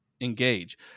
engage